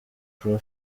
pro